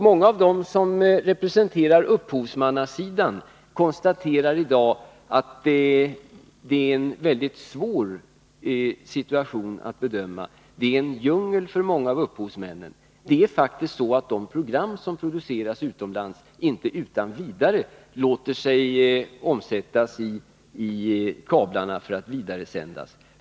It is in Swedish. Många av dem som representerar upphovsmannasidan konstaterar i dag, att det är mycket svårt att bedöma situationen, att det hela är en djungel för upphovsmännen. De program som produceras utomlands låter sig inte utan vidare omsättas i kablarna för att vidaresändas.